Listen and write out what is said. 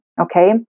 Okay